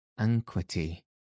Anquity